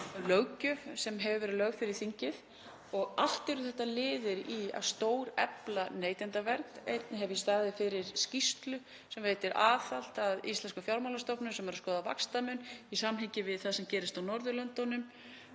sem hefur verið lögð fyrir þingið og allt eru það liðir í að stórefla neytendavernd. Einnig hef ég staðið fyrir skýrslu sem veitir aðhald íslenskum fjármálastofnunum sem eru að skoða vaxtamun í samhengi við það sem gerist á Norðurlöndunum